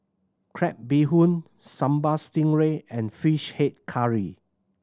crab bee hoon Sambal Stingray and Fish Head Curry